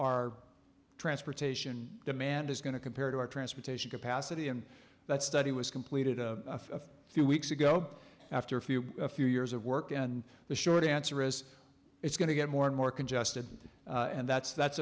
our transportation demand is going to compared to our transportation capacity and that study was completed a few weeks ago after a few a few years of work and the short answer is it's going to get more and more congested and that's that's